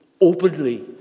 openly